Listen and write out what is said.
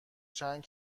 چند